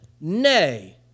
Nay